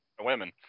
Women